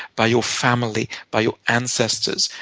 by your family, by your ancestors,